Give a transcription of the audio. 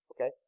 okay